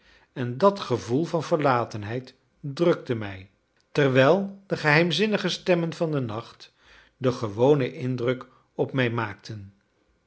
en dat gevoel van verlatenheid drukte mij terwijl de geheimzinnige stemmen van den nacht den gewonen indruk op mij maakten